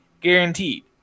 guaranteed